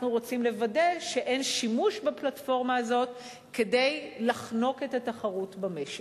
אנחנו רוצים לוודא שאין שימוש בפלטפורמה הזאת כדי לחנוק את התחרות במשק.